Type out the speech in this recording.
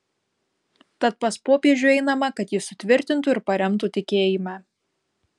tad pas popiežių einama kad jis sutvirtintų ir paremtų tikėjime